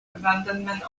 abandonment